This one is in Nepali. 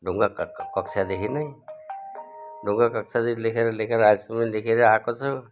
ढुङ्गा काक् कक्षादेखि नै ढुङ्गा कक्षादेखि लेखेर लेखेर आजसम्म लेखे रै आको छु